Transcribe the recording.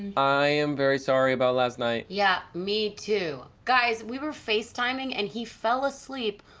i am very sorry about last night. yeah, me too. guys, we were facetiming and he fell asleep,